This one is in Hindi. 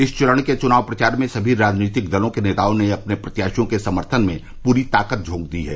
इस चरण के चुनाव प्रचार में सभी राजनीतिक दलों के नेताओं ने अपने प्रत्याशियों के समर्थन में पूरी ताकत झोंक दी है